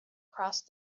crossed